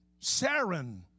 sarin